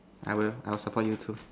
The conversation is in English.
I will I will support you too